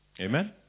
Amen